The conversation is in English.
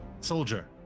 Soldier